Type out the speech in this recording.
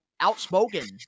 outspoken